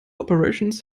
operations